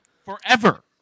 Forever